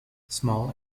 small